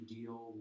deal